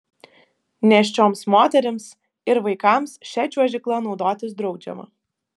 nėščioms moterims ir vaikams šia čiuožykla naudotis draudžiama